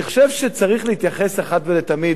אני חושב שצריך להתייחס אחת ולתמיד,